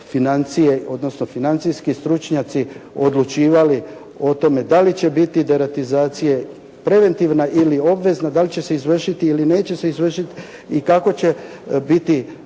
financije, odnosno financijski stručnjaci odlučivali o tome da li će biti deratizacija preventivna ili obvezna, da li će se izvršiti ili neće se izvršiti i kako će biti